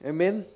Amen